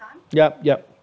yup yup